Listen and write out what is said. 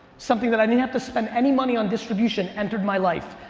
something that i didn't have to spend any money on distribution entered my life.